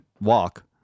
walk